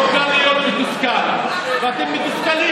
הרסתם, לא קל להיות מתוסכל, ואתם מתוסכלים.